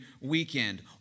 weekend